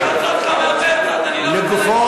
אני רוצה להבין, עכשיו זה נהיה ביטוי?